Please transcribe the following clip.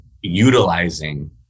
utilizing